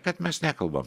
kad mes nekalbam